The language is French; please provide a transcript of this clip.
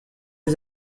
des